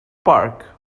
park